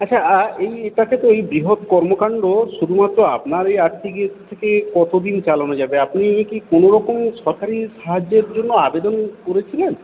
আচ্ছা এই এটা তো এই বৃহৎ কর্মকাণ্ড শুধুমাত্র আপনার এই আর্থিকের থেকে কত দিন চালানো যাবে আপনি কি কোনোরকম সরকারি সাহায্যের জন্য আবেদন করেছিলেন